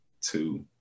two